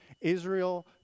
Israel